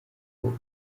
ubu